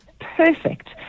perfect